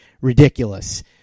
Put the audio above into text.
ridiculous